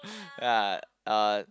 ya uh